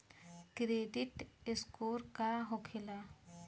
Credit score का होखेला?